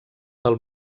del